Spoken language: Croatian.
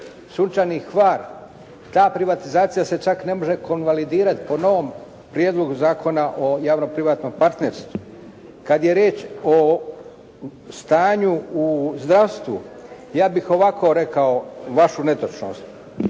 “Sunčani Hvar“. Ta privatizacija se čak ne može konvalidirati po novom Prijedlogu zakona o javno-privatnom partnerstvu. Kad je riječ o stanju u zdravstvu ja bih ovako rekao vašu netočnost.